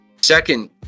second